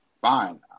fine